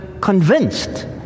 convinced